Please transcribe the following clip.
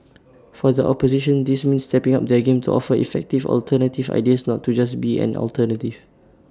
for the opposition this means stepping up their game to offer effective alternative ideas not to just be an alternative